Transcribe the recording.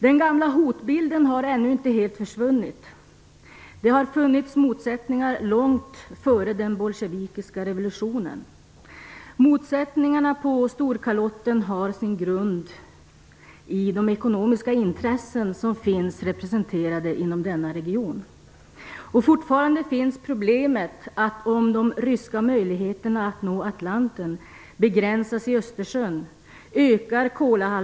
Den gamla hotbilden har ännu inte helt försvunnit. Det har funnits motsättningar långt före den bolsjevikiska revolutionen. Motsättningarna på Storkalotten har sin grund i de ekonomiska intressen som finns representerade inom denna region. Fortfarande finns problemet att Kolahalvöns strategiska betydelse ökar om de ryska möjligheterna att nå Atlanten begränsas i Östersjön.